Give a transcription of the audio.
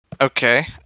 Okay